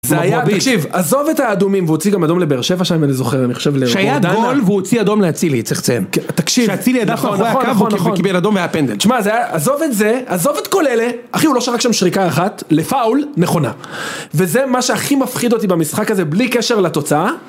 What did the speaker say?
זה היה, תקשיב, עזוב את האדומים, והוציא גם אדום לבאר שבע שם אם אני זוכר, אני חושב... שהיה גול והוציא אדום להצילי, צריך לציין. תקשיב, נכון, נכון, נכון. והצילי הדף מאחורי הקו, והוא קיבל אדום והיה פנדל. שמע, זה היה, עזוב את זה, עזוב את כל אלה, אחי, הוא לא שרק שם שריקה אחת, לפאול, נכונה. וזה מה שהכי מפחיד אותי במשחק הזה, בלי קשר לתוצאה.